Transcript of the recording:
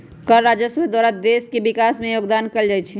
कर राजस्व द्वारा देश के विकास में जोगदान कएल जाइ छइ